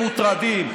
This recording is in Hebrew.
לכן אתם מוטרדים.